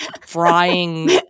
frying